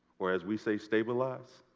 or as we say stabilized,